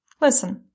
Listen